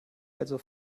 also